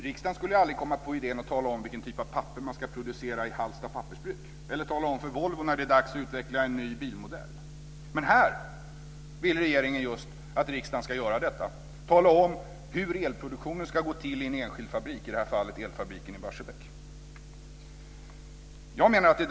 Riksdagen skulle ju aldrig komma på idén att tala om vilken typ av papper man ska producera i Hallsta pappersbruk eller tala om för Volvo när det är dags att utveckla en ny bilmodell. Men här vill regeringen just att riksdagen ska göra detta, tala om hur elproduktionen ska gå till i en enskild fabrik, i det här fallet i elfabriken i Barsebäck.